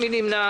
מי נמנע?